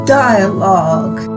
dialogue